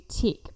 tick